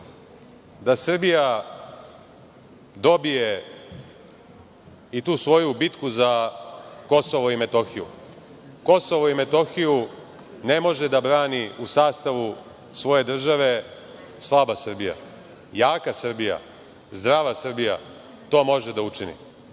da Srbija dobije i tu svoju bitku za Kosovo i Metohiju. Kosovo i Metohiju ne može da brani u sastavu svoje države „slaba Srbija“. Jaka Srbija, zdrava Srbija to može da učini. Vaš